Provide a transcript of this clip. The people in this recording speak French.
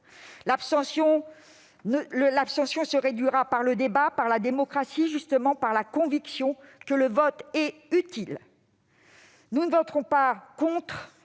L'abstention se réduira justement par le débat, par la démocratie, par la conviction que le vote est utile. Nous ne voterons pas contre